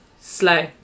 Slow